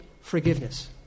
forgiveness